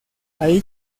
allí